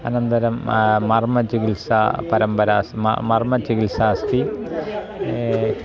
अनन्तरं मर्मचिकित्सा परम्परा स्म मर्मचिकित्सा अस्ति